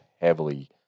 heavily